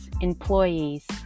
employees